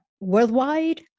worldwide